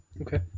Okay